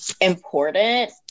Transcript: important